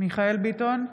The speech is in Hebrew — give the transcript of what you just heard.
מיכאל מרדכי ביטון,